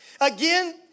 Again